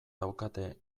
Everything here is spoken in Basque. daukate